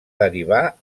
derivar